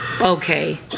okay